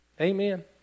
Amen